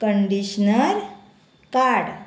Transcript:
conditioner काड